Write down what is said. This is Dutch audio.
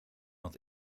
had